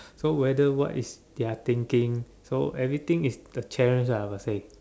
so whether what is their thinking so everything is a challenge lah per se